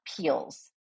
peels